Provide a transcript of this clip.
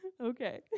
Okay